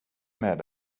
med